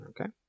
Okay